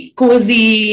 cozy